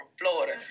Florida